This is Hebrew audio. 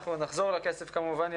אנחנו עוד נחזור לכסף כמובן.